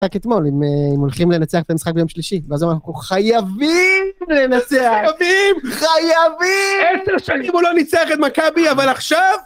רק אתמול, אם הולכים לנצח את המשחק ביום שלישי, ואז אמרנו, חייבים לנצח! חייבים! חייבים! עשר שנים הוא לא ניצח את מכבי, אבל עכשיו...